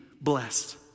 blessed